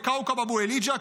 בכאוכב אבו אל-היג'א,